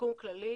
לשיקום כללי